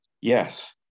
Yes